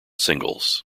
singles